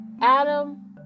Adam